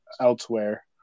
elsewhere